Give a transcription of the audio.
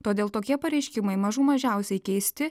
todėl tokie pareiškimai mažų mažiausiai keisti